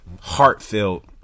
heartfelt